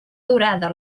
dorada